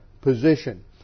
position